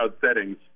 settings